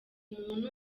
umuntu